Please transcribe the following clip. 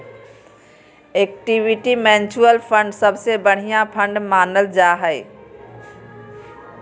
equity mutual fund सबसे बढ़िया fund मानल जा हय